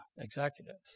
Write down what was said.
executives